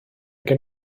gen